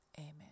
Amen